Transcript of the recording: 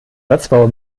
satzbauer